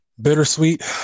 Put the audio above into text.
Bittersweet